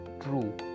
true